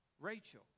Rachel